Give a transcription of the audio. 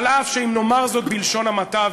אף שאם נאמר זאת בלשון המעטה,